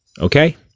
Okay